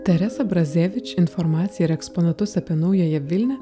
teresa brazevič informaciją ir eksponatus apie naująją vilnią